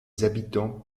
habitants